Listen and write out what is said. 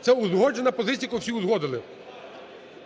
Це узгоджена позиція, яку всі узгодили.